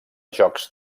jocs